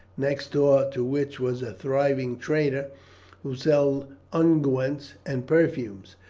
next door to which was a thriving trader who sold unguents and perfumes,